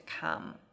come